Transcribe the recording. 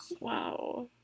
Wow